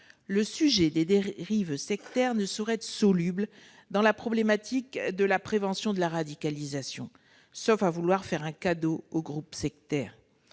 le sujet des dérives sectaires ne saurait être soluble dans la problématique de la prévention de la radicalisation, sauf à vouloir faire un cadeau aux groupes sectaires